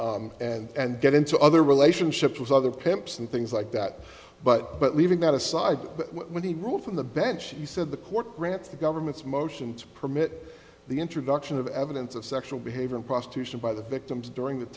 issue and get into other relationships with other pimps and things like that but but leaving that aside when he ruled from the bench she said the court grants the government's motion to permit the introduction of evidence of sexual behavior in prostitution by the victims during that